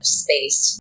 space